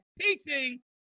teaching